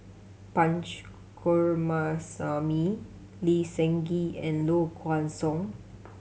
Punch Coomaraswamy Lee Seng Gee and Low Kway Song